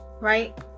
right